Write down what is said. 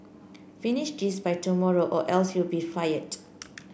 finish this by tomorrow or else you'll be fired